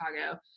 Chicago